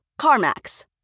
CarMax